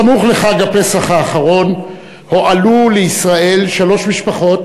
סמוך לחג הפסח האחרון הועלו לישראל שלוש משפחות